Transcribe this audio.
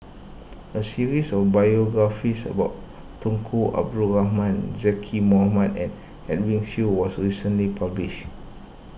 a series of biographies about Tunku Abdul Rahman Zaqy Mohamad and Edwin Siew was recently published